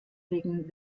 wegen